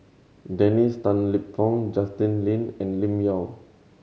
Dennis Tan Lip Fong Justin Lean and Lim Yau